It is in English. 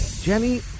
Jenny